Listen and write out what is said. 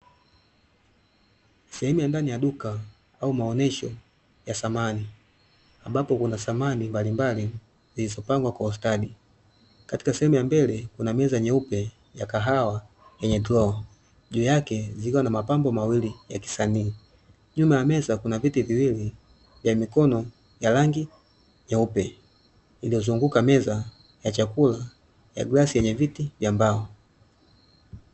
Sehemu ya ndani ya duka au maonesho ya samani ambapo kuna samani mbalimbali zilizo pangwa kwa ustadi. Katika sehemu ya mbele kuna meza nyeupe ya kahawa yenye droo juu yake zikiwa na mapambo mawili ya kisanii. Nyuma ya meza kuna viti viwili vya mikono ya rangi nyeupe iliyozunguka meza ya chakula ya glasi yenye viti vya mbao.